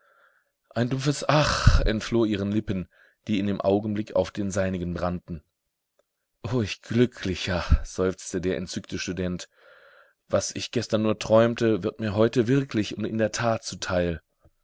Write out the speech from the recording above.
ein dumpfes ach entfloh ihren lippen die in dem augenblick auf den seinigen brannten o ich glücklicher seufzte der entzückte student was ich gestern nur träumte wird mir heute wirklich und in der tat zuteil